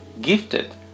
gifted